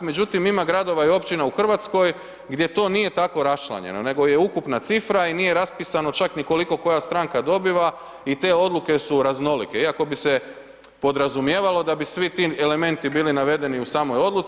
Međutim, ima gradova i općina u Hrvatskoj gdje to nije tako raščlanjeno, nego je ukupna cifra i nije raspisano čak ni koliko koja stranka dobiva i te odluke su raznolike iako bi se podrazumijevalo da bi svi ti elementi bili navedeni u samoj odluci.